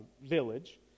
village